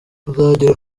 uzagera